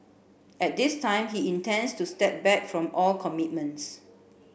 at this time he intends to step back from all commitments